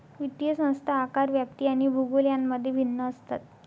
वित्तीय संस्था आकार, व्याप्ती आणि भूगोल यांमध्ये भिन्न असतात